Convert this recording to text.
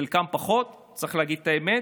חלקם פחות, צריך להגיד את האמת,